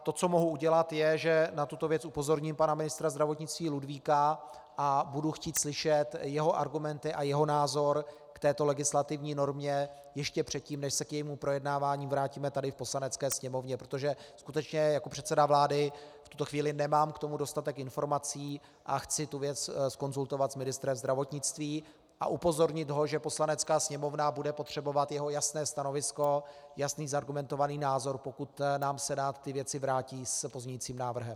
To, co já mohu udělat, je, že na tuto věc upozorním pana ministra Ludvíka a budu chtít slyšet jeho argumenty a jeho názor k této legislativní normě ještě předtím, než se k jejímu projednávání vrátíme tady v Poslanecké sněmovně, protože skutečně jako předseda vlády v tuto chvíli nemám k tomu dostatek informací a chci tu věc zkonzultovat s ministrem zdravotnictví a upozornit ho, že Poslanecká sněmovna bude potřebovat jeho jasné stanovisko, jasný zargumentovaný názor, pokud nám Senát ty věci vrátí s pozměňovacím návrhem.